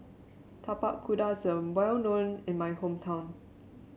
Tapak Kuda is an well known in my hometown